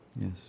Yes